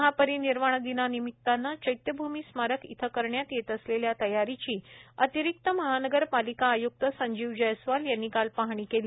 महापरिनिर्वाण दिना निमितानं चैत्यभूमी स्मारक इथं करण्यात येत असलेल्या तयारीची अतिरिक्त महानगरपालिका आय्क्त संजीव जयस्वाल यांनी काल पाहणी केली